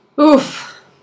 Oof